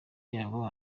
yabo